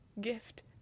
gift